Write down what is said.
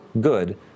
good